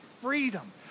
freedom